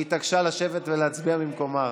היא התעקשה לשבת ולהצביע ממקומה,